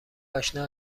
آشنا